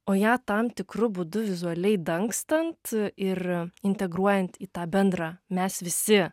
o ją tam tikru būdu vizualiai dangstant ir integruojant į tą bendrą mes visi